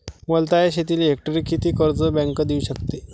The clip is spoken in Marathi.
वलताच्या शेतीले हेक्टरी किती कर्ज बँक देऊ शकते?